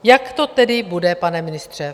Jak to tedy bude, pane ministře?